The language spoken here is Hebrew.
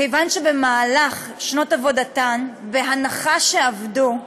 כיוון שבמהלך שנות עבודתן, בהנחה שעבדו,